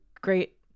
great